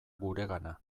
guregana